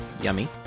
Yummy